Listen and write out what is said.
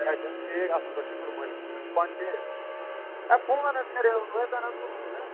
صحت چھ حظ ٹھیٖک اَصٕل پٲٹھۍ شُکُر مٲلکَس کُن تُہۍ چھُو پانہٕ ٹھیٖک ہے فون حظ کَریو ٲدۍ تۄہہِ حظ تُلوے نہٕ